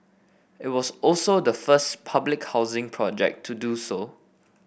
it was also the first public housing project to do so